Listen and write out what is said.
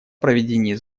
проведении